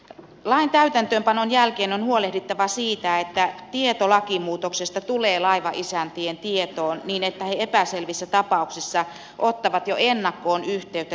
lain täytäntöönpanon jälkeen on huolehdittava siitä että tieto lakimuutoksesta tulee laivanisäntien tietoon niin että he epäselvissä tapauksissa ottavat jo ennakkoon yhteyttä työsuojeluviranomaisiin